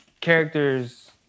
characters